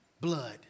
blood